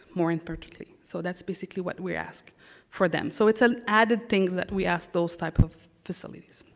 more importantly. so that's basically what we ask for them, so it's an added thing that we ask those type of facilities.